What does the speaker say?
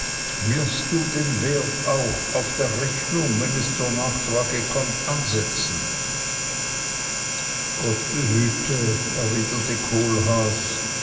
wirst du den wert auch auf der rechnung wenn es zur nachfrage kommt ansetzen gott behüte erwiderte kohlhaas